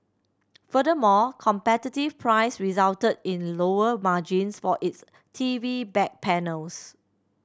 furthermore competitive price resulted in lower margins for its T V back panels